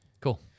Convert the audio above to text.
Cool